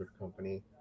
company